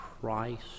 Christ